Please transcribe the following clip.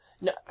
No